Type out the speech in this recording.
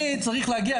אני צריך להגיע,